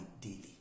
daily